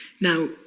Now